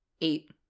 Eight